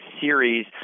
series